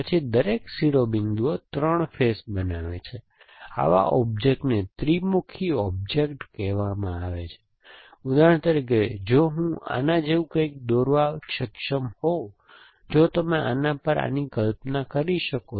પછી દરેક શિરોબિંદુઓ 3 ફેસ બનાવે છે આવા ઑબ્જેક્ટને ત્રિમુખી ઑબ્જેક્ટ કહેવામાં આવે છે ઉદાહરણ તરીકે જો હું આના જેવું કંઈક દોરવા સક્ષમ હોઉં જો તમે આના પર આની કલ્પના કરી શકો છો